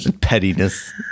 pettiness